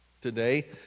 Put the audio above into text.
today